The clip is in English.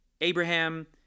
Abraham